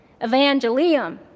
evangelium